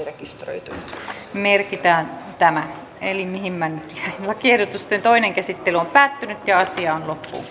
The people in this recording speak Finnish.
rekisteröityjä mietitään tänään heli niinimäen lakiehdotusten asian käsittely päättyi